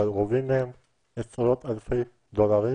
גובים מהם עשרות אלפי דולרים